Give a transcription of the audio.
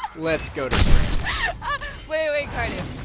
but let's go to break yeah wait. wait. cardiff,